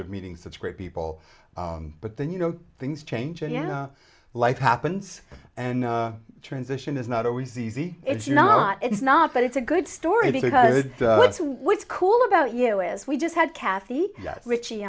of meeting such great people but then you know things change and you know life happens and transition is not always easy it's not it's not but it's a good story because that's what's cool about you is we just had cathy rich